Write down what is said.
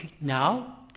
Now